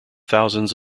thousands